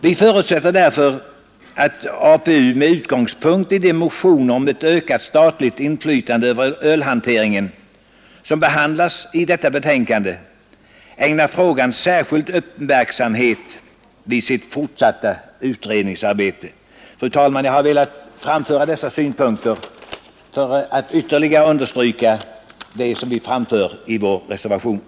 Vi förutsätter därför att APU med utgångspunkt i de motioner om ett ökat statligt inflytande över ölhanteringen som behandlas i detta betänkande ägnar frågan särskild uppmärksamhet vid sitt fortsatta utredningsarbete. Fru talman! Jag har velat framföra dessa synpunkter för att ytterligare understryka vad vi framför i vårt särskilda yttrande.